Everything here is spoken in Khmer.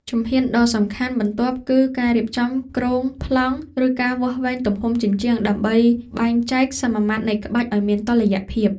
ជំហានដ៏សំខាន់បន្ទាប់គឺការរៀបចំគ្រោងប្លង់ ឬការវាស់វែងទំហំជញ្ជាំង ដើម្បីបែងចែកសមាមាត្រនៃក្បាច់ឱ្យមានតុល្យភាព។